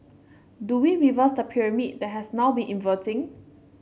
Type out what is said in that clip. do we reverse the pyramid that has now been inverting